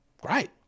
great